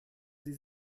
sie